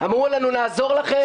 אמרו לנו: נעזור לכם.